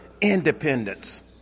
independence